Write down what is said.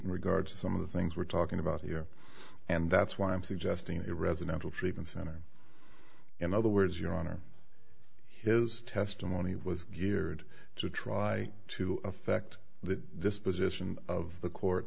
in regard to some of the things we're talking about here and that's why i'm suggesting a residential treatment center in other words your honor his testimony was geared to try to affect the disposition of the court